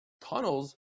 tunnels